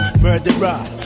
Murderer